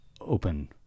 open